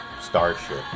starship